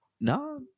No